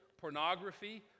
pornography